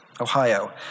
Ohio